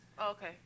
Okay